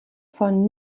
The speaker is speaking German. von